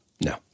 No